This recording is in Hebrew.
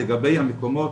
לגבי המקומות,